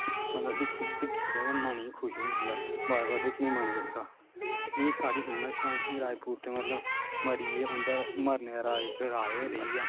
बंदा दिक्खी दिक्खिये गै मन इ'यां खुश होई जंदा बार बार दिक्खने गी मन करदा ते एह् सारी फिल्मां सुशांत सिंह राजपूत ने मतलब मरी गे उं'दा मरने दा राज इक राज गै रेही गेआ